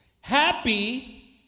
Happy